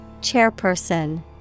Chairperson